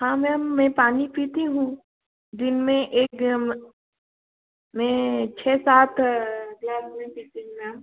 हाँ मैम मैं पानी पीती हूँ दिन में एक गम मैं छः सात ग्लास मैं पीती हूँ मैम